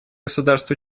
государств